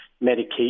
medication